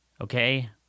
Okay